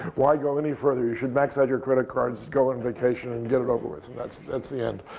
why go any further? you should max out your credit cards, go on vacation, and get it over with. and that's that's the end.